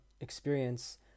experience